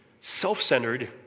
self-centered